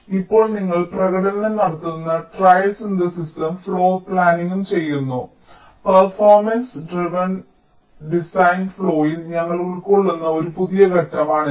ഇപ്പോൾ നിങ്ങൾ പ്രകടനം നടത്തുന്ന ട്രയൽ സിന്തസിസും ഫ്ലോർ പ്ലാനിംഗും ചെയ്യുന്നു പെർഫോമൻസ് ഡ്രൈവഡ് ഡിസൈൻ ഫ്ലോയിൽ ഞങ്ങൾ ഉൾക്കൊള്ളുന്ന ഒരു പുതിയ ഘട്ടമാണിത്